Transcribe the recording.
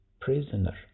prisoner